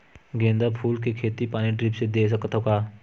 गेंदा फूल के खेती पानी ड्रिप से दे सकथ का?